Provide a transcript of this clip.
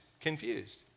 confused